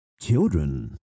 children